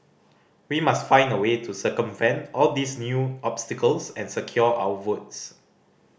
we must find a way to circumvent all these new obstacles and secure our votes